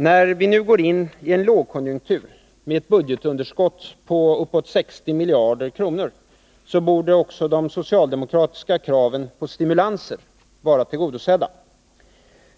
När vi nu går in i en lågkonjunktur med ett budgetunderskott på uppåt 60 miljarder, borde också de socialdemokratiska kraven på stimulanser vara tillgodosedda.